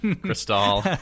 crystal